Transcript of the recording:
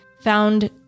found